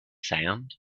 sand